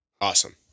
Awesome